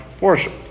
worship